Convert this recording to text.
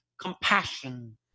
compassion